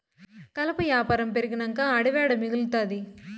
కలప యాపారం పెరిగినంక అడివి ఏడ మిగల్తాది